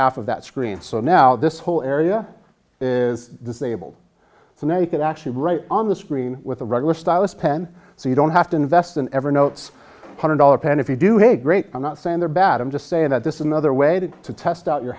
half of that screen so now this whole area is disabled so now you can actually write on the screen with a regular stylus pen so you don't have to invest in evernote hundred dollar pen if you do hey great i'm not saying they're bad i'm just saying that this is another way to test out your